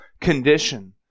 condition